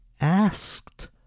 asked